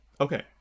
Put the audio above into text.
okay